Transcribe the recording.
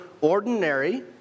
ordinary